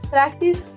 Practice